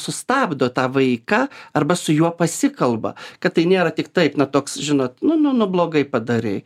sustabdo tą vaiką arba su juo pasikalba kad tai nėra tik taip na toks žinot nu nu nu blogai padarei